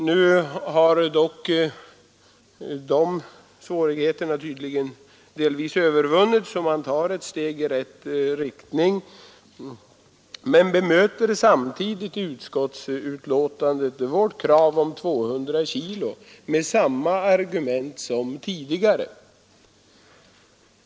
Nu har dock dessa svårigheter tydligen övervunnits och utskottsmajoriteten tar ett steg i rätt riktning men bemöter samtidigt vårt krav på 200 kg med samma argument som tidigare.